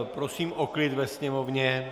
Prosím o klid ve Sněmovně.